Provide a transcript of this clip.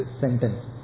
sentence